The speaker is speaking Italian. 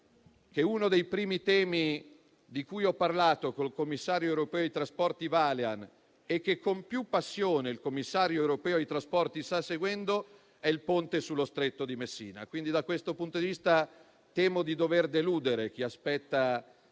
che uno dei primi temi di cui ho parlato con il commissario europeo per i trasporti Vălean e che con più passione il commissario europeo per i trasporti sta seguendo è il Ponte sullo Stretto di Messina. Quindi, da questo punto di vista, temo di dover deludere chi aspetta